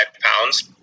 pounds